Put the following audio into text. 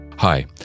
Hi